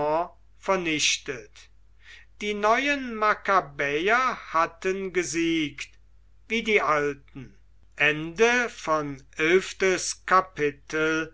vernichtet die neuen makkabäer hatten gesiegt wie die alten